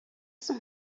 соң